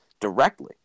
directly